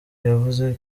yavuze